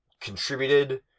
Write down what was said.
contributed